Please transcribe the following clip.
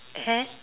at